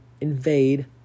invade